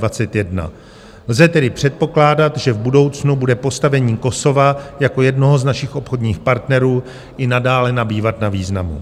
Lze tedy předpokládat, že v budoucnu bude postavení Kosova jako jednoho z našich obchodních partnerů i nadále nabývat na významu.